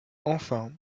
enfin